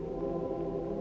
or